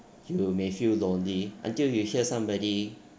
you will may feel lonely until you hear somebody